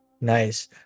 nice